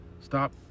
stop